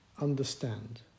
Understand